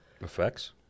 Effects